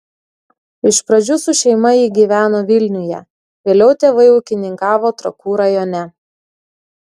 iš pradžių su šeima ji gyveno vilniuje vėliau tėvai ūkininkavo trakų rajone